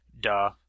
Duh